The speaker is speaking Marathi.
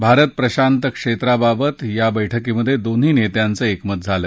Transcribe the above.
भारत प्रशांत क्षेत्राबाबत या बद्धक्रीत दोन्ही नेत्याचं एकमत झालं